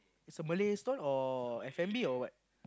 is a Malay stall or F-and-B or what